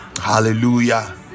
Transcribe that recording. Hallelujah